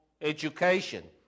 education